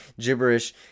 gibberish